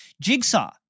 Jigsaw